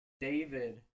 David